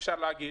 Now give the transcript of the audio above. אפשר להגיד,